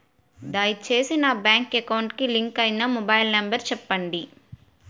దయచేసి నా bank account కి లింక్ అయినా మొబైల్ నంబర్ చెప్పండి